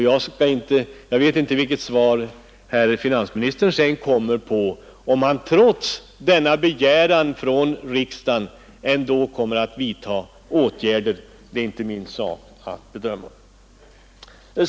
— Jag vet inte vilket svar herr finansministern kommer att ge, och om han trots denna begäran från riksdagen kommer att vidta åtgärder. Det är inte min sak att bedöma.